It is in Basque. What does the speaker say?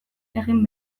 egin